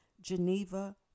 Geneva